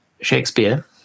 Shakespeare